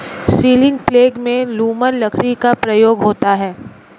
ceiling प्लेग में lumber लकड़ी का प्रयोग होता है